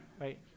Right